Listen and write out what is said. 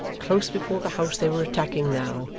close before the house they were attacking now,